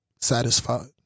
satisfied